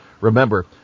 Remember